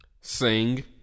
Sing